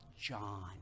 John